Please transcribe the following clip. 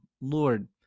Lord